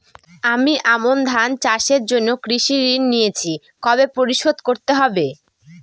আমি আমন ধান চাষের জন্য কৃষি ঋণ নিয়েছি কবে পরিশোধ করতে হবে?